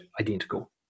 identical